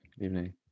evening